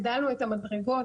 הגדלנו את המדרגות.